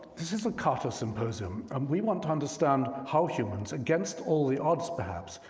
this is a carta symposium, and we want to understand how humans, against all the odds perhaps,